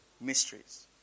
mysteries